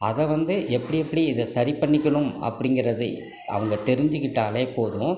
அதை வந்து எப்படி எப்படி இதை சரி பண்ணிக்கணும் அப்படிங்கறது அவங்கள் தெரிஞ்சுகிட்டாலே போதும்